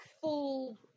full